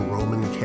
Roman